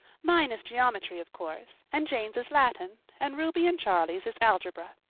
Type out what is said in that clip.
mine is geometry of course, and jane's is latin, and ruby and charlie's is algebra,